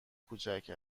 کوچک